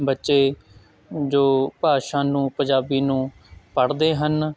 ਬੱਚੇ ਜੋ ਭਾਸ਼ਾ ਨੂੰ ਪੰਜਾਬੀ ਨੂੰ ਪੜ੍ਹਦੇ ਹਨ